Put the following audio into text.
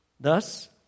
Thus